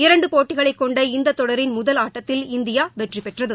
இரண்டு போட்டிகளைக் கொண்ட இந்த தொடரின் முதல் ஆட்டத்தில் இந்தியா வெற்றிபெற்றது